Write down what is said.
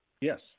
Yes